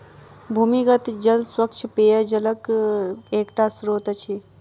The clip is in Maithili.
भूमिगत जल स्वच्छ पेयजलक एकटा स्त्रोत अछि